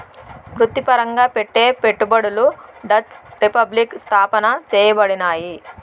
వృత్తిపరంగా పెట్టే పెట్టుబడులు డచ్ రిపబ్లిక్ స్థాపన చేయబడినాయి